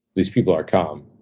these people are calm.